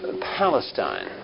Palestine